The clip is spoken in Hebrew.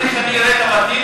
אחרי שאני אראה את הבתים,